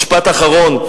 משפט אחרון: